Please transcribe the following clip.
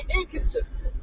inconsistent